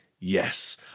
Yes